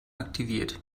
aktiviert